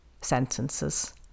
sentences